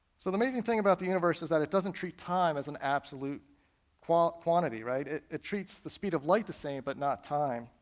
so the amazing thing about the universe is that it doesn't treat time as an absolute quantity, right? it it treats the speed of light the same, but not time.